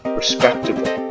respectable